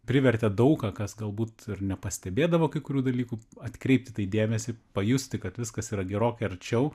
privertė daug ką kas galbūt ir nepastebėdavo kai kurių dalykų atkreipti į tai dėmesį pajusti kad viskas yra gerokai arčiau